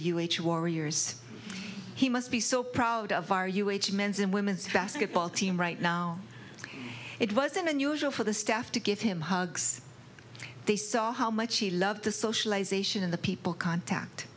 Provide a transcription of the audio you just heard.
h warriors he must be so proud of our u h men's and women's basketball team right now it wasn't unusual for the staff to give him hugs they saw how much he loved the socialization of the people contact